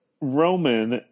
Roman